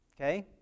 Okay